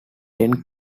ten